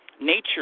nature